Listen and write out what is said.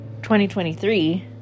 2023